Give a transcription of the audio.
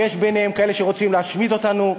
יש ביניהם כאלה שרוצים להשמיד אותנו,